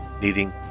needing